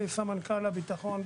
אני סמנכ״ל ביטחון,